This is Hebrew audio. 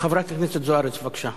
חברת הכנסת זוארץ, בבקשה.